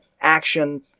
action